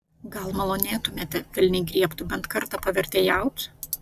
gal malonėtumėte velniai griebtų bent kartą pavertėjaut